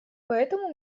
поэтому